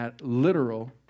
literal